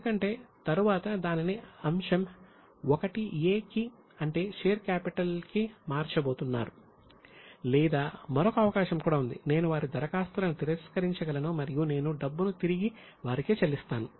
ఎందుకంటే తరువాత దానిని అంశం 1 a కి అంటే షేర్ క్యాపిటల్ కి చేర్చబోతున్నారు లేదా మరొక అవకాశం కూడా ఉంది నేను వారి దరఖాస్తులను తిరస్కరించగలను మరియు నేను డబ్బును తిరిగి వారికే చెల్లిస్తాను